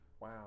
Wow